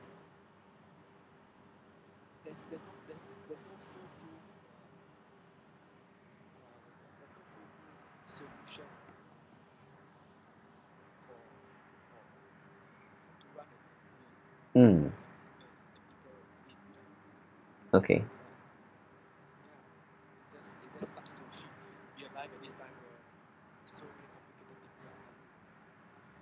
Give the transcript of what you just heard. mm okay